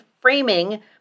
framing